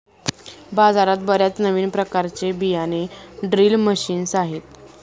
बाजारात बर्याच नवीन प्रकारचे बियाणे ड्रिल मशीन्स आहेत